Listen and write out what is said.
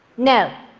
no,